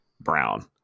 brown